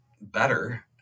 better